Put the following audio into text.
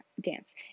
dance